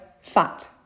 fat